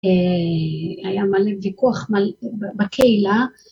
היה מלא ויכוח בקהילה